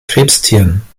krebstieren